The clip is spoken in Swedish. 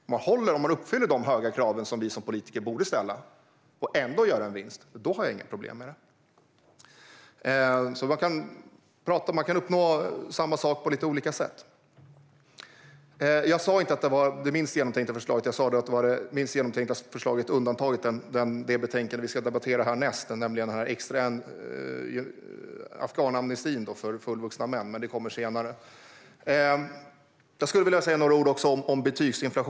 Om man uppfyller de höga krav som vi som politiker borde ställa och ändå gör en vinst har jag inga problem med det. Man kan alltså uppnå samma sak på lite olika sätt. Jag sa inte att detta är det minst genomtänkta förslaget. Jag sa att det är det minst genomtänkta förslaget undantaget det betänkande som vi ska debattera härnäst, nämligen om afghanamnestin för fullvuxna män. Men det kommer senare. Jag skulle också vilja säga några ord om betygsinflation.